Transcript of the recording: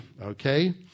okay